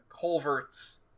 culverts